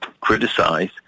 criticize